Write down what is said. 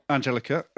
Angelica